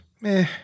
meh